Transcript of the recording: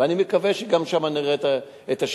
ואני מקווה שגם שם נראה את השינוי.